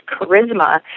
charisma